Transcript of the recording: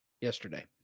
yesterday